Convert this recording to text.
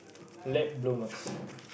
late bloomers